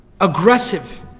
aggressive